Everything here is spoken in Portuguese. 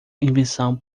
invenção